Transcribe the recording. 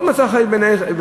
מאוד מצא חן בעיני,